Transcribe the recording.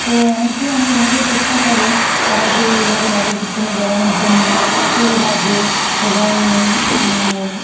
তো অনেকেই অনেকভাবে চেষ্টা করে তারা যে এইভাবে নগরকীর্তনে বেরনোর জন্য খোল বাজে এবং মানে